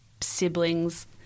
siblings